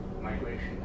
migration